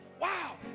Wow